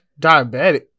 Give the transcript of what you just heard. Diabetic